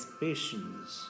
patients